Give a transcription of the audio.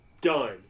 Done